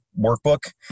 workbook